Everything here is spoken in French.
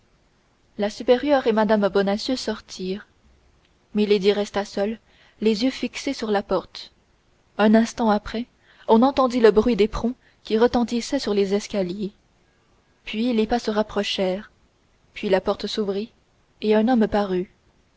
la supérieure et mme bonacieux sortirent milady resta seule les yeux fixés sur la porte un instant après on entendit le bruit d'éperons qui retentissaient sur les escaliers puis les pas se rapprochèrent puis la porte s'ouvrit et un homme parut